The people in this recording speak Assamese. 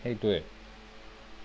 সেইটোৱেই